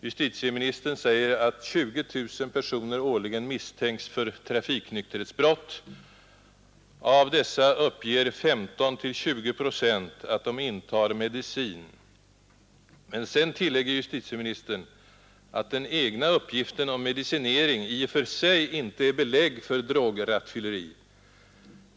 Justitieministern säger att 20000 personer årligen misstänks för trafiknykterhetsbrott. Av dessa uppger 15—20 procent att de intar medicin. Men sedan säger justitieministern att den egna uppgiften om medicinering i och för sig inte är belägg för drograttfylleri.